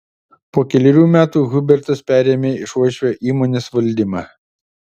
po kelerių metų hubertas perėmė iš uošvio įmonės valdymą